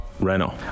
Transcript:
Renault